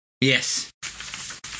Yes